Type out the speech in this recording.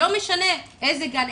לא משנה איפה,